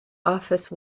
office